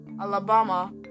Alabama